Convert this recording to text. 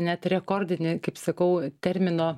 net rekordinį kaip sakau termino